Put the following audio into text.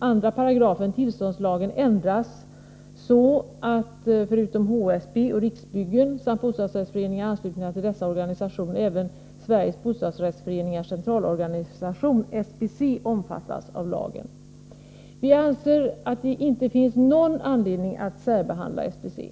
§ tillståndslagen ändras så att förutom HSB och Riksbyggen samt bostadsrättsföreningar anslutna till dessa organisationer även Sveriges bostadsrättsföreningars centralorganisation omfattas av lagen. Vi anser att det inte finns någon anledning att särbehandla SBC.